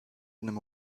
einem